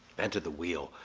and to the wheel,